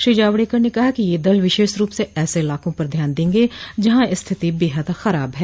श्री जावडेकर ने कहा कि ये दल विशेष रूप से ऐसे इलाकों पर ध्यान देंगे जहां स्थिति बेहद खराब है